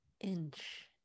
inch